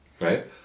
right